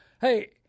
Hey